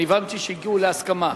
ואני הבנתי שהגיעו להסכמה.